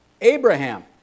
Abraham